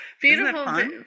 Beautiful